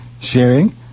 sharing